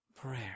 Prayer